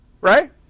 right